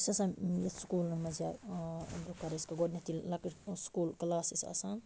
یُس ہَسا یَتھ سکوٗلن منٛز یا گۄڈٕنیٚتھٕے ییٚلہِ لَکٕٹۍ سکوٗل کٕلاس ٲسۍ آسان